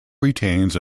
retains